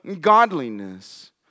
godliness